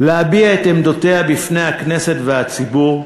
להביע את עמדותיה בפני הכנסת והציבור.